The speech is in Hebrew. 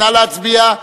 נא להצביע.